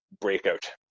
breakout